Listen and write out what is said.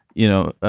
you know,